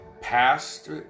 past